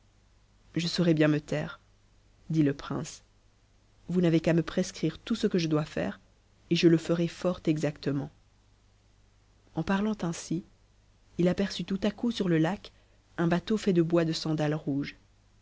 je saurai bien me taire dit le prince vous n'avez qu'à me prescrire tout ce que je dois faire et je le ferai fort exactement en parlant ainsi il aperçut tout à coup sur le lac un bateau fait de bois le